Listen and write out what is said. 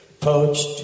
Poached